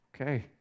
Okay